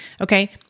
okay